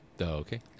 okay